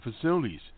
facilities